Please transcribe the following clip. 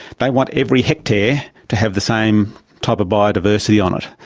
they want every hectare to have the same type of biodiversity on it.